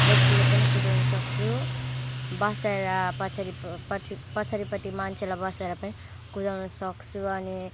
एक्लै पनि कुदाउन सक्छु बसाएर पछाडिपट्टि पछाडिपट्टि मान्छेलाई बसाएर पनि कुदाउन सक्छु अनि